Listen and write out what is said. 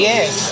Yes